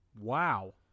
Wow